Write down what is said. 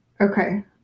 okay